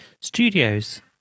Studios